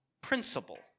principle